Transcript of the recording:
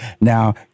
Now